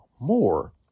more